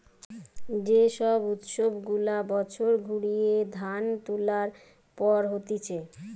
যে সব উৎসব গুলা বছর ঘুরিয়ে ধান তুলার পর হতিছে